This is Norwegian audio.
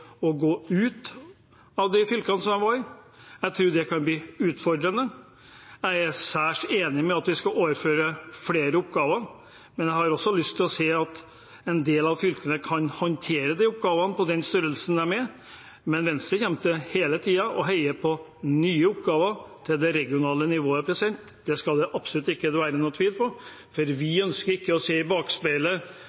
gå ut av de fylkene som de var inne i. Jeg tror det kan bli utfordrende. Jeg er særs enig i at vi bør overføre flere oppgaver, men en del av fylkene kan håndtere oppgavene med den størrelsen de har i dag. Men Venstre kommer hele tiden til å heie på det å få nye oppgaver til det regionale nivået. Det skal det være absolutt ingen tvil om. Vi ønsker ikke å se oss i bakspeilet, slik som Senterpartiet gjør. Vi